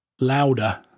louder